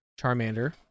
Charmander